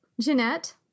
Jeanette